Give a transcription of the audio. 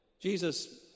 Jesus